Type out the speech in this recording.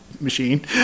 machine